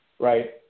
Right